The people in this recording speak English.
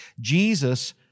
Jesus